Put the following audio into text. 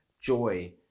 joy